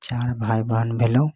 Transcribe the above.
चारि भाइ बहन भेलहुॅं